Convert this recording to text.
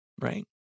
right